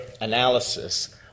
analysis